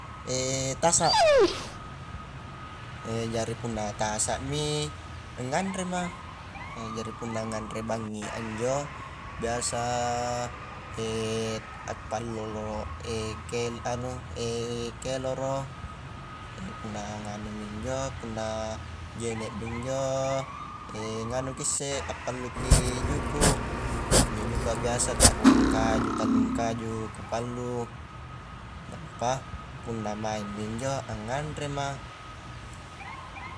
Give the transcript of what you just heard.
tasa, jari punna tasa mi nganrema jari punna nganre bangngi a njo biasa appallu lolo kel anu keloro punna nganumi injo punna jene mi injo nganuki isse appalluki juku injo juku a biasa ta ruang kaju tallung kaju kupallu nampa punna maingmi injo anganrema.